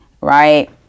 right